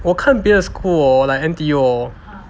我看别的 school hor like N_T_U hor